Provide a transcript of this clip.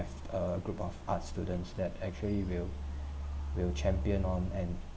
have a group of arts students that actually will will champion on and